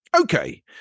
Okay